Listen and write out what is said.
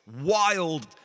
wild